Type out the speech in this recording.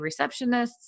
receptionists